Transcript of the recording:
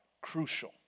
crucial